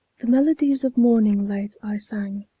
the melodies of morning late i sang.